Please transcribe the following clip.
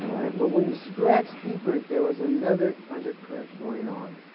but when you scratch deeper there was another under current going on.